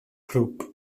grŵp